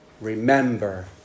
remember